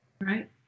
Right